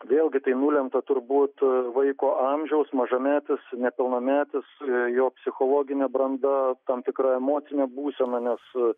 vėlgi tai nulemta turbūt vaiko amžiaus mažametis nepilnametis jo psichologinė branda tam tikra emocinė būsena nes